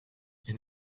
een